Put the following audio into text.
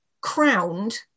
crowned